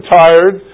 tired